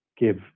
give